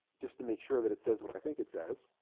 just to make sure that it says what i think it says